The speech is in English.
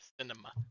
cinema